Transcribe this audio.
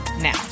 now